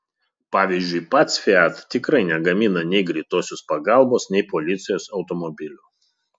pavyzdžiui pats fiat tikrai negamina nei greitosios pagalbos nei policijos automobilių